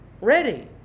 ready